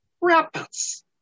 rabbits